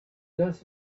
does